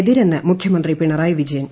എതിരെന്ന് മുഖ്യമന്ത്രി പീണറായി വിജയൻ